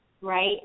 right